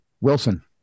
Wilson